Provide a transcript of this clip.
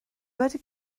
wedi